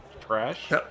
trash